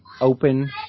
open